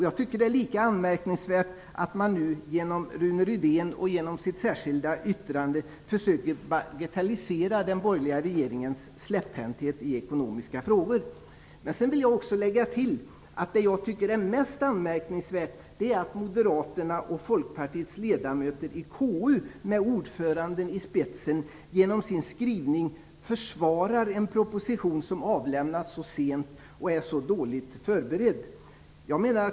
Jag tycker att det är lika anmärkningsvärt att man nu genom Rune Rydén och genom det särskilda yttrandet försöker bagatellisera den borgerliga regeringens släpphänthet i ekonomiska frågor. Jag vill också lägga till att det jag tycker är mest anmärkningsvärt är att Moderaternas och Folkpartiets ledamöter i KU, med ordföranden i spetsen, genom sin skrivning försvarar en proposition som avlämnats så sent och är så dåligt förberedd.